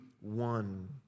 one